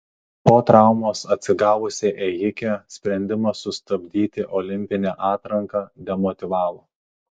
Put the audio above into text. po traumos atsigavusią ėjikę sprendimas sustabdyti olimpinę atranką demotyvavo